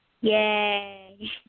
Yay